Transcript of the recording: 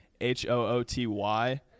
H-O-O-T-Y